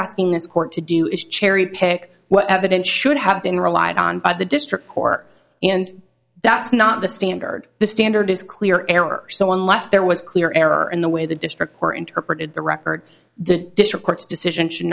court to do is cherry pick what evidence should have been relied on by the district court and that's not the standard the standard is clear error so unless there was clear error in the way the district or interpreted the record the district court's decision should